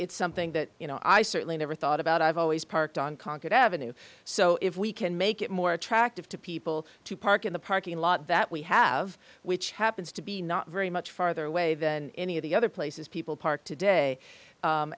it's something that you know i certainly never thought about i've always parked on concord avenue so if we can make it more attractive to people to park in the parking lot that we have which happens to be not very much farther away than any of the other places people park today